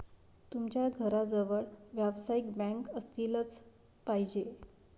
तुमच्या घराजवळ व्यावसायिक बँक असलीच पाहिजे